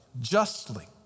Justly